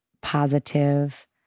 positive